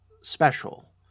special